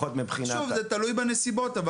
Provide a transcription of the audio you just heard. זה תלוי בנסיבות.